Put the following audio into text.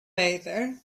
vader